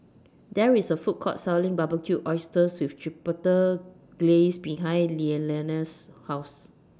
There IS A Food Court Selling Barbecued Oysters with Chipotle Glaze behind Lilianna's House